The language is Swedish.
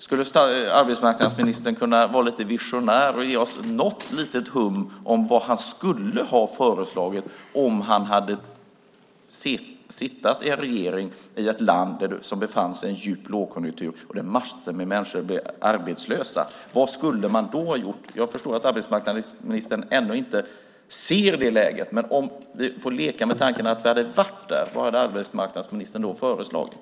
Skulle arbetsmarknadsministern kunna vara lite visionär och ge oss något litet hum om vad han skulle ha föreslagit om han hade suttit i en regering i ett land som befann sig i en djup lågkonjunktur och där massor av människor blev arbetslösa? Vad skulle man då ha gjort? Jag förstår att arbetsmarknadsministern ännu inte ser det läget, men om vi leker med tanken att vi hade varit där, vad hade han då föreslagit?